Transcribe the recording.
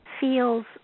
feels